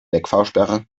wegfahrsperre